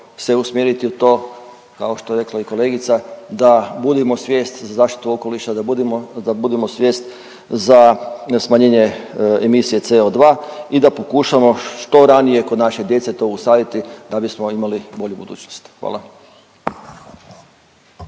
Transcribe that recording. se usmjeriti u to, kao što je rekla i kolegica, da budimo svijest za zaštitu okoliša, da budimo svijest za smanjenje emisije CO2 i da pokušamo što ranije kod naše djece to usaditi da bismo imali bolju budućnost. Hvala.